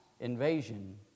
invasion